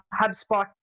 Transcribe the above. HubSpot